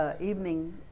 evening